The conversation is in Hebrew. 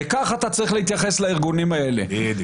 וכך אתה צריך להתייחס לארגונים האלה -- בדיוק...